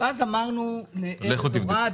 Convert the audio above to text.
-- ואז אמרנו לאורעד,